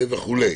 וכו'.